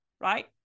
right